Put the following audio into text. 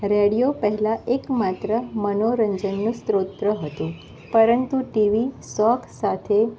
radio પહેલાં એકમાત્ર મનોરંજનનું સ્ત્રોત હતું પરંતુ ટીવી શોખ સાથે